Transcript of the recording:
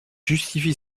justifie